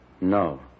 No